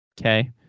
Okay